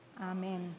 Amen